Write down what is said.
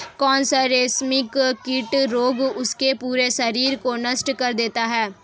कौन सा रेशमकीट रोग उसके पूरे शरीर को नष्ट कर देता है?